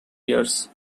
years